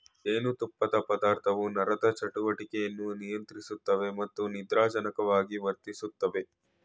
ಜೇನುತುಪ್ಪದ ಪದಾರ್ಥವು ನರದ ಚಟುವಟಿಕೆಯನ್ನು ನಿಯಂತ್ರಿಸುತ್ತವೆ ಮತ್ತು ನಿದ್ರಾಜನಕವಾಗಿ ವರ್ತಿಸ್ತವೆ